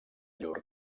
llur